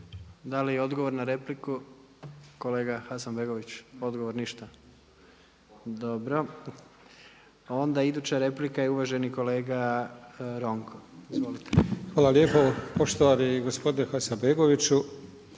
Da li odgovor na repliku kolega Hasanbegović? Odgovor ništa? Dobro. Onda iduća replika je uvaženi kolega Ronko. Izvolite. **Ronko, Zdravko (SDP)** Hvala lijepo. Poštovani gospodine Hasanbegoviću,